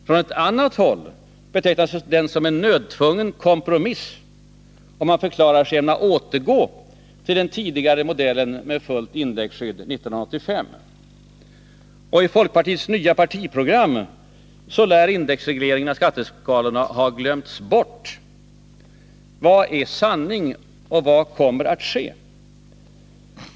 Från ett annat håll betecknas den som en nödtvungen kompromiss, och man förklarar sig ämna återgå till den tidigare modellen med fullt indexskydd år 1985. I folkpartiets nya partiprogram lär frågan om indexreglering av skatteskalorna ha glömts bort. Vad är sanning, och vad kommer att ske?